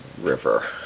river